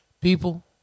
people